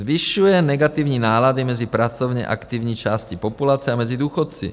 Zvyšuje negativní nálady mezi pracovně aktivní částí populace a důchodci.